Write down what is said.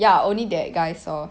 ya only that guy saw